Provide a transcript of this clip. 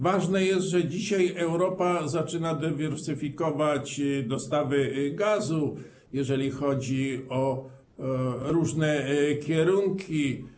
Ważne jest, że dzisiaj Europa zaczyna dywersyfikować dostawy gazu, jeżeli chodzi o różne kierunki.